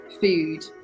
food